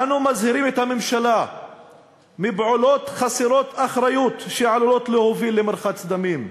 אנו מזהירים את הממשלה מפעולות חסרות אחריות שעלולות להוביל למרחץ דמים.